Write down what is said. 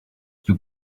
you